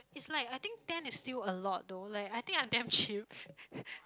it's like I think ten is still a lot though like I think I'm damn cheap